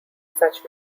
such